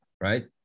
Right